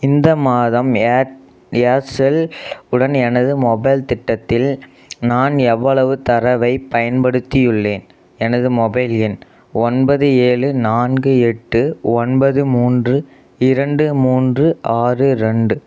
இந்த மாதம் air Aircel உடன் எனது மொபைல் திட்டத்தில் நான் எவ்வளவு தரவை பயன்படுத்தியுள்ளேன் எனது மொபைல் எண் ஒன்பது ஏழு நான்கு எட்டு ஒன்பது மூன்று இரண்டு மூன்று ஆறு ரெண்டு